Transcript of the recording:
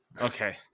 Okay